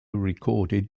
recorded